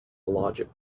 logic